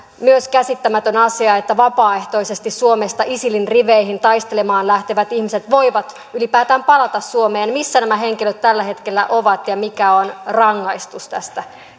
myös käsittämätön asia että vapaaehtoisesti suomesta isilin riveihin taistelemaan lähtevät ihmiset voivat ylipäätään palata suomeen missä nämä henkilöt tällä hetkellä ovat ja mikä on rangaistus tästä